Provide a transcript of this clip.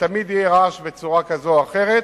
ותמיד יהיה רעש בצורה כזאת או אחרת.